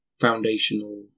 foundational